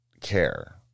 care